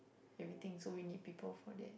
everything so we need people for that